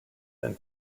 than